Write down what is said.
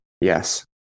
Yes